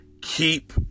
keep